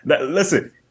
Listen